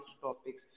topics